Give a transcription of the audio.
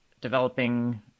developing